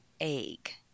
egg